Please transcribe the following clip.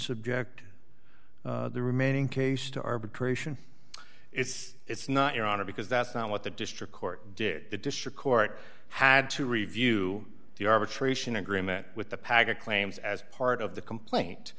subject the remaining case to arbitration it's not your honor because that's not what the district court did the district court had to review the arbitration agreement with the packet claims as part of the complaint